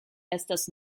estas